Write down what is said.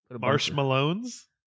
Marshmallows